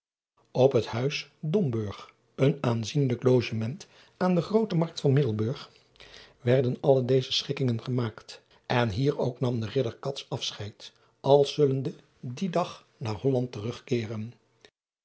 het uis omburg een aanzienlijk logement aan de roote arkt van iddelburg werden alle deze schikkingen gemaakt driaan oosjes zn et leven van illegonda uisman en hier ook nam de idder afscheid als zullende dien dag naar olland terugkeeren